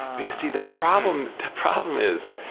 because, see, the problem problem is,